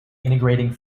integrating